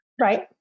right